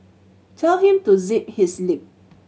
tell him to zip his lip